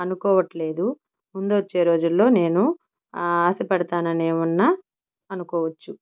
అనుకోవట్లేదు ముందొచ్చే రోజుల్లో నేను ఆశపడతాననేవన్నా అనుకోవచ్చు